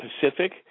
Pacific